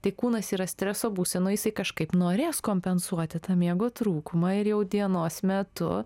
tai kūnas yra streso būsenoj jisai kažkaip norės kompensuoti tą miego trūkumą ir jau dienos metu